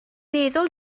meddwl